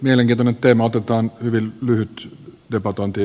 mielenkiintoinen teema otetaan hyvin lyhyt debatointi